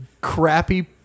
crappy